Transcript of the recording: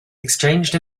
exchanged